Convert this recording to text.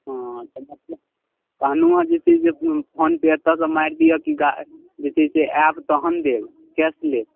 हँ तऽ मतलब कहलहुँ हँ जे कि फोन पे एतऽसँ मारि दिअ कि जे छै से आएब तहन देब कैश लेब